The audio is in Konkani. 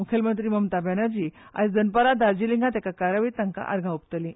मुख्यमंत्री ममता बॅनर्जी आयज दनपारां दार्जीलिंगांत एके कार्यावळींत तांकां आर्गां ओंपतलीं